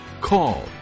call